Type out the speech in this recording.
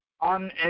on